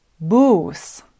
Boos